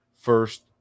first